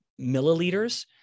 milliliters